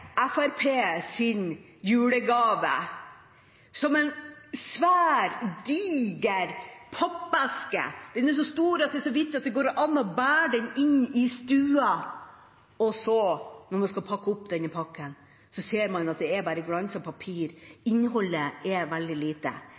julegave som en svær, diger pappeske – den er så stor at det er så vidt det går an å bære den inn i stua. Og så, når man skal pakke opp denne pakken, ser man at det bare er glanset papir, at innholdet er veldig lite.